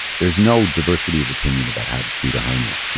there's no diversity of opinion about how to treat a hernia.